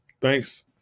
thanks